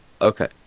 Okay